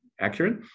accurate